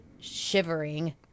shivering